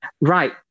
Right